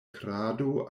krado